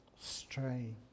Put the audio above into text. stray